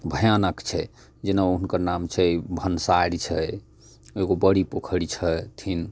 भयानक छै जेना ओ हुनकर नाम छै भनसारि छै एगो बड़ी पोखरि छथिन